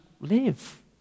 live